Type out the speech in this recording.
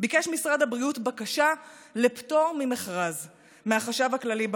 ביקש משרד הבריאות מהחשב הכללי באוצר בקשה לפטור ממכרז לחברה